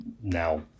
now